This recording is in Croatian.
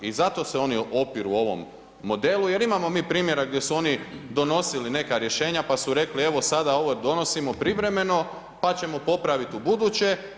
I zato se oni opiru ovom modelu jer imamo mi primjera gdje su oni donosili neka rješenja pa su rekli – evo sada ovo donosimo privremeno pa ćemo popraviti ubuduće.